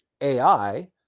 AI